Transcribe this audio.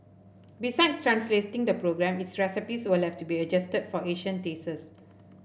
besides translating the program its recipes will have to be adjusted for Asian tastes